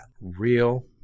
real